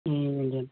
ए हजुर